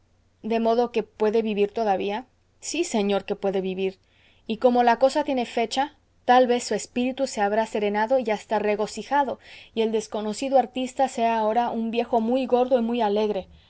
de modo que puede vivir todavía sí señor que puede vivir y como la cosa tiene fecha tal vez su espíritu se habrá serenado y hasta regocijado y el desconocido artista sea ahora un viejo muy gordo y muy alegre